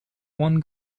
one